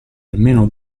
almeno